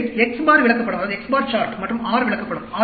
எனவே X bar விளக்கப்படம் மற்றும் R விளக்கப்படம்